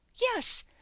Yes